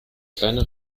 kleine